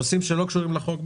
נושאים שלא קשורים לחוק,